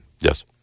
Yes